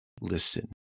listen